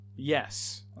yes